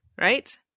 right